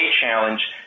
challenge